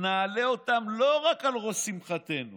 נעלה אותם לא רק על ראש שמחתנו